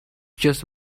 just